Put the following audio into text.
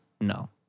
No